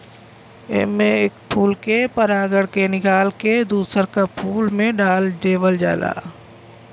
एमे एक फूल के परागण के निकाल के दूसर का फूल में डाल देवल जाला